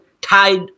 tied